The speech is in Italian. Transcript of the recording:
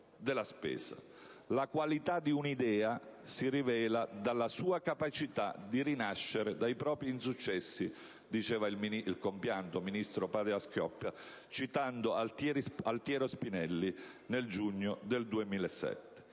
«La qualità di un'idea si rivela dalla sua capacità di rinascere dai propri insuccessi», disse il compianto ministro Padoa-Schioppa, citando Altiero Spinelli, nel giugno del 2007.